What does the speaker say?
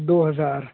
دو ہزار